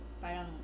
parang